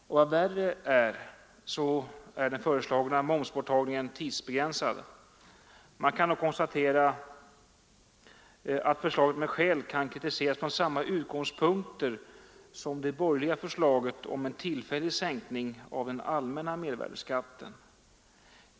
Och än värre är att den föreslagna momsborttagningen är tidsbegränsad. Man kan då konstatera att förslaget med skäl kan kritiseras från samma utgångspunkter som det borgerliga förslaget om en tillfällig sänkning av den allmänna mervärdeskatten.